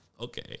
okay